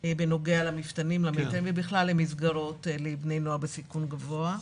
בנוגע למפתנים ובכלל מסגרות לבני נוער בסיכון גבוה.